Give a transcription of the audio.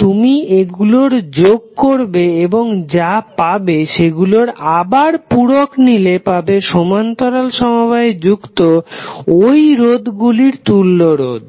তুমি এগুলোর যোগ করবে এবং যা পাবে সেগুলর আবার পুরক নিলে পাবে সমান্তরাল সমবায়ে যুক্ত ওই রোধ গুলির তুল্য রোধ